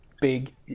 big